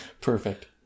Perfect